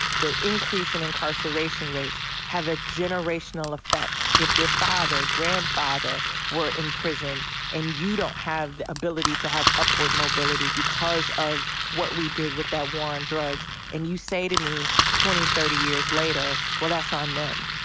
the increase in incarceration rates have a generational effect. if your father, grandfather were in prison and you don't have the ability to have upward mobility because of what we did with that war on drugs, and you say to me twenty, thirty years later, well, that's on them.